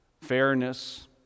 fairness